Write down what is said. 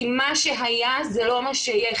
כי מה שהיה זה לא מה שיהיה.